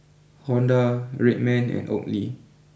Honda Red Man and Oakley